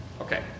Okay